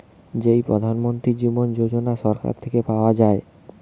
যেই প্রধান মন্ত্রী জীবন যোজনা সরকার থেকে পাওয়া যায়